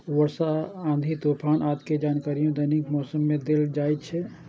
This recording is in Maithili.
वर्षा, आंधी, तूफान आदि के जानकारियो दैनिक मौसम मे देल जाइ छै